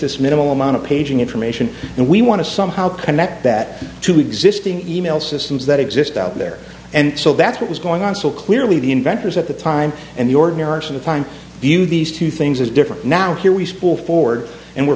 this minimal amount of paging information and we want to somehow connect that to existing e mail systems that exist out there and so that's what was going on so clearly the inventors at the time and the ordinary of the time the in these two things is different now here we spoil forward and we're